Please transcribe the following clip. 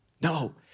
No